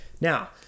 Now